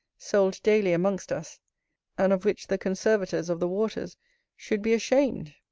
sold daily amongst us and of which the conservators of the waters should be ashamed.